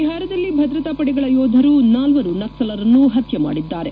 ಬಿಹಾರದಲ್ಲಿ ಭದ್ರತಾ ಪಡೆಗಳ ಯೋಧರು ನಾಲ್ವರು ನಕ್ಸಲರನ್ನು ಹತ್ಲೆ ಮಾಡಿದ್ದಾರೆ